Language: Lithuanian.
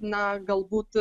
na galbūt